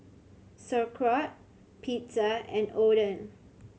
Sauerkraut Pizza and Oden